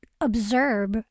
observe